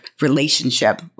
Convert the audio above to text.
relationship